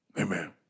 Amen